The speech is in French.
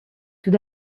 tout